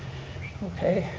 okay.